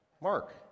Mark